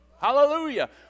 Hallelujah